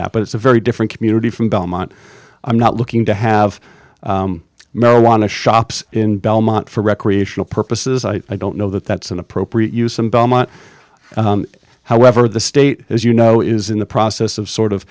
that but it's a very different community from belmont i'm not looking to have marijuana shops in belmont for recreational purposes i don't know that that's an appropriate use in belmont however the state as you know is in the process of sort of